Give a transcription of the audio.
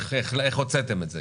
איך הוצאתם את זה.